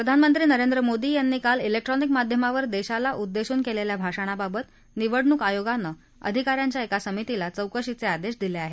प्रधानमंत्री नरेंद्र मोदी यांनी काल जिक्ट्रॉनिक माध्यमावर देशाला उद्देशून केलेल्या भाषणाबाबत निवडणूक आयोगानं अधिका यांच्या एका समितीला चौकशीचे आदेश दिले आहेत